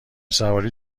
سواری